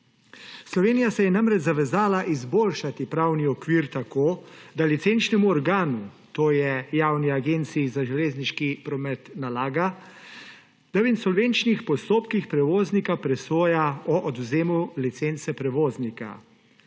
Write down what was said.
Slovenija se je namreč zavezala izboljšati pravni okvir tako, da licenčnemu organu, to je Javni agenciji za železniški promet, nalaga, da o insolventnih postopkih prevoznika presoja o odvzemu licence prevoznika.